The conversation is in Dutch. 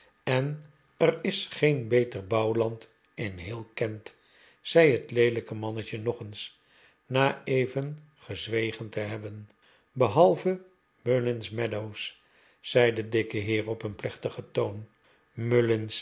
en er is geen beter bouwland in geheel kent zei het leelijke mannetje nog eens na even gezwegen te hebben behalve mullins meadows zei de dikke heer op een plechtigen toon